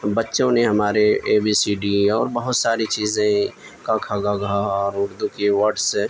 بچوں نے ہمارے اے بی سی ڈی اور بہت ساری چیزیں کا کھا گا گھا اور اردو کے ورڈس